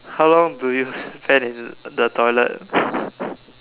how long do you spend in the toilet